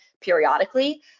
periodically